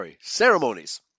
ceremonies